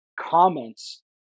comments